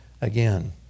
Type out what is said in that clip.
again